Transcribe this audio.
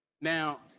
Now